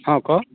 ହଁ କହ